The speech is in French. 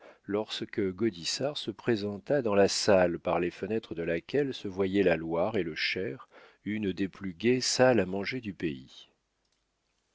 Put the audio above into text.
lorsque gaudissart se présenta dans la salle par les fenêtres de laquelle se voyaient la loire et le cher une des plus gaies salles à manger du pays